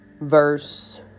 Verse